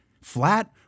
flat